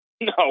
no